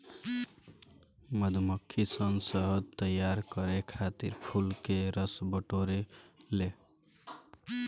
मधुमक्खी सन शहद तैयार करे खातिर फूल के रस बटोरे ले